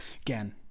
Again